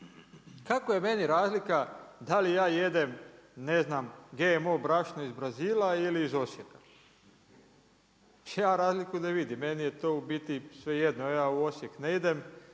kako je meni razlika da li ja jedem ne znam, GMO brašno iz Brazila ili iz Osijeka? Ja razliku ne vidim, meni je to u biti svejedno, ja u Osijek ne idem,